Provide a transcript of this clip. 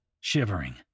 shivering